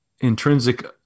intrinsic